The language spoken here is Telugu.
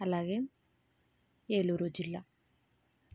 అలాగే ఏలూరు జిల్లా